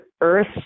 Earth